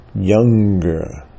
Younger